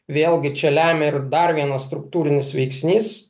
vėlgi čia lemia ir dar vienas struktūrinis veiksnys